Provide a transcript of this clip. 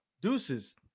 deuces